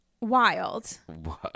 wild